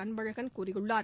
அன்பழகன் கூறியுள்ளார்